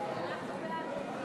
סיעת ש"ס להביע